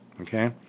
okay